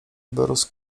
wyrósł